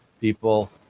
people